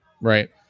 Right